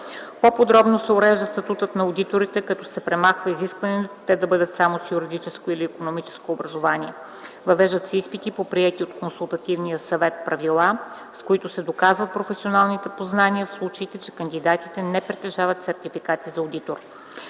По-подробно се урежда статутът на одиторите, като се премахва изискването да бъдат само с юридическо или икономическо образование. Въвежда се изпит по приети от Консултативния съвет правила, с които се доказват професионалните познания, в случаите, че кандидатите не притежават сертификат за одитор.